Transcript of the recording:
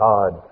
God